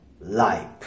life